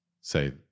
say